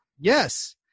Yes